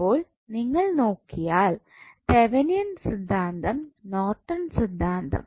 അപ്പോൾ നിങ്ങൾ നോക്കിയാൽ തെവിനിയൻ സിദ്ധാന്തം നോർട്ടൺ സിദ്ധാന്തം